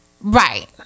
right